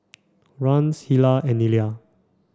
Rance Hilah and Nelia